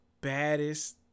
baddest